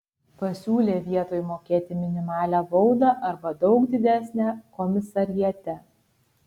pasiūlė vietoj mokėti minimalią baudą arba daug didesnę komisariate